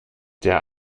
der